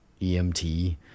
EMT